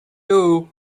two